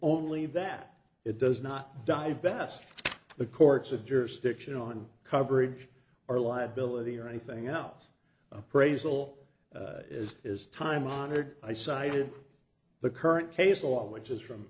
only that it does not die best the courts have jurisdiction on coverage or liability or anything else appraisal as is time honored i cited the current case law which is from